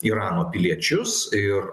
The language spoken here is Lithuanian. irano piliečius ir